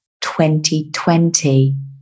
2020